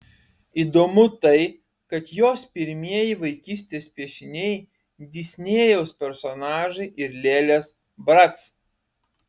įdomu tai kad jos pirmieji vaikystės piešiniai disnėjaus personažai ir lėlės brac